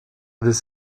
this